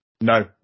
No